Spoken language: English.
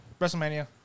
WrestleMania